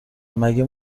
مگه